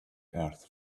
earth